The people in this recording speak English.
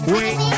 Wait